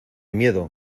miedo